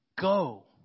Go